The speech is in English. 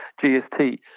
GST